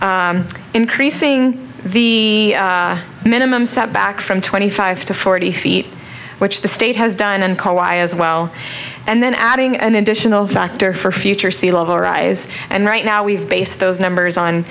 increasing the minimum setback from twenty five to forty feet which the state has done and kawai as well and then adding an additional factor for future sea level rise and right now we've based those numbers on